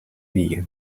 vegan